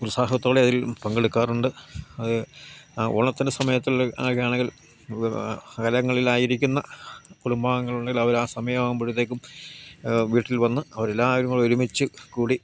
ഉത്സാഹത്തോടെ അതിൽ പങ്കെടുക്കാറുണ്ട് അത് ഓണത്തിൻ്റെ സമയത്തുള്ള ആ ഗാനകൾ അകലങ്ങളിൽ ആയിരിക്കുന്ന കുടുംബാംഗളുണ്ടെങ്കിൽ അവർ ആ സമയമാകുമ്പോഴത്തേക്കും വീട്ടിൽ വന്ന് അവരെല്ലാവരുംകൂടി ഒരുമിച്ചുകൂടി